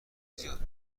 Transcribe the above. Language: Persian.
زیاد